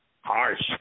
Harsh